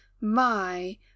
My